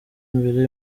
mbere